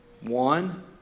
One